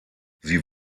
sie